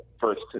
first